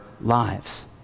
lives